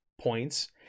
points